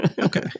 okay